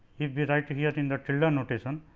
if we write here in the tilde notation.